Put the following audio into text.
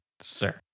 Sir